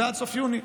זה עד סוף יוני,